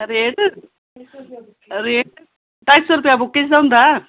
rate rate ढाई सौ रपेआ बुक्के दा होंदा